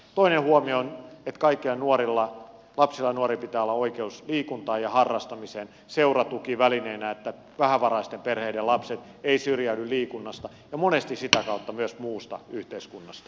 toinen huomio on että kaikilla lapsilla ja nuorilla pitää olla oikeus liikuntaan ja harrastamiseen seuratuki välineenä että vähävaraisten perheiden lapset eivät syrjäydy liikunnasta ja kuten monesti sitä kautta myös muusta yhteiskunnasta